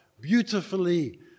beautifully